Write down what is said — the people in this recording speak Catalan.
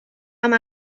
amb